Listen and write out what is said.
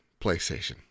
PlayStation